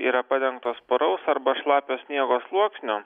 yra padengtos puraus arba šlapio sniego sluoksniu